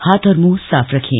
हाथ और मुंह साफ रखें